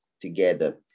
together